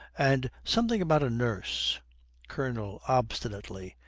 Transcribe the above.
and something about a nurse colonel, obstinately,